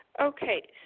Okay